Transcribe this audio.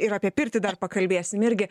ir apie pirtį dar pakalbėsim irgi